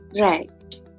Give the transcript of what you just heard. Right